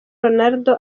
ronaldo